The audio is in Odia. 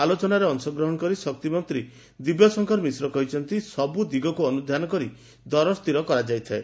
ଆଲୋଚନାରେ ଅଂଶଗ୍ରହଣ କରି ଶକ୍ତିମନ୍ତୀ ଦିବ୍ୟଶଙ୍କର ମିଶ୍ର କହିଛନ୍ତି ସବୁଦିଗକୁ ଅନୁଧ୍ରାନ କରି ଦର ସ୍ଥିର କରାଯାଇଥାଏ